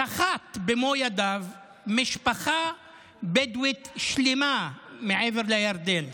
שחט במו ידיו משפחה בדואית שלמה מעבר לירדן.